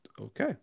Okay